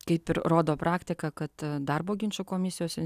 kaip ir rodo praktika kad darbo ginčų komisijose